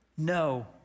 No